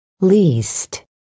Least